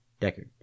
Deckard